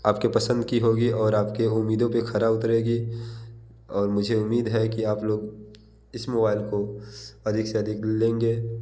आप के पसंद की होगी और आप के उम्मीदों पर खरा उतरेगा और मुझे उम्मीद है कि आप लोग इस मोबाईल को अधिक से अधिक लेंगे